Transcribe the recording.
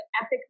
epic